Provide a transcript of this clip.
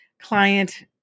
client